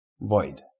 void